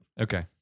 Okay